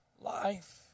life